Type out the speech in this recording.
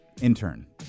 intern